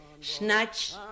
snatch